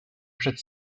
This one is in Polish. przed